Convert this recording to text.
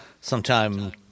sometime